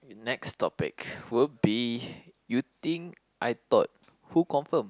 next topic would be you think I thought who confirm